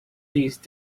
these